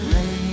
Rain